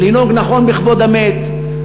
לנהוג נכון בכבוד המת,